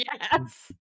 Yes